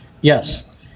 Yes